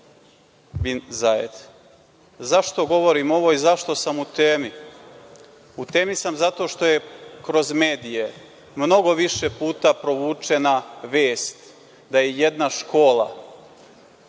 „Bin Zaid“. Zašto govorim ovo i zašto sam u temi? U temi sam zato što je kroz medije mnogo više puta provučena vest da je jedna škola